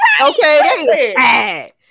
Okay